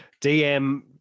DM